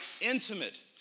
intimate